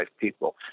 people